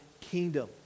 kingdom